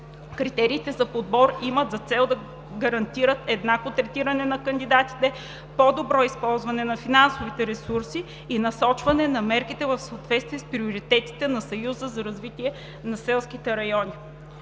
Критериите за подбор имат за цел да гарантират еднакво третиране на кандидатите, по-добро използване на финансовите ресурси и насочване на мерките в съответствие с приоритетите на Съюза за развитие на селските райони;